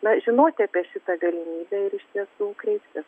na žinoti apie šitą galimybę ir iš tiesų kreiptis